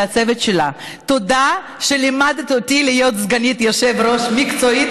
ולצוות שלה: תודה שלימדת אותי להיות סגנית יושב-ראש מקצועית,